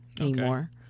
anymore